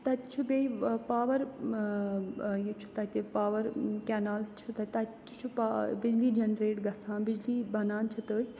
تَتہِ چھُ بیٚیہِ وۄنۍ پاوَر ییٚتہِ چھُ تَتہِ پاوَر کٮ۪نال چھُ تَتہِ تَتہِ تہِ چھُ بِجلی جَنریٹ گژھان بِجلی بَنان چھِ تٔتھۍ